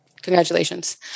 Congratulations